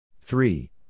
Three